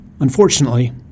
Unfortunately